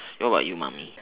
what about you mummy